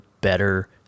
better